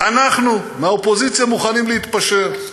אנחנו, מהאופוזיציה, מוכנים להתפשר.